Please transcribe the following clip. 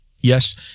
Yes